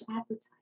advertise